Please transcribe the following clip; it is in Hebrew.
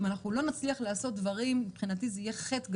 אם לא נצליח לעשות דברים מבחינתי זה יהיה חטא גדול.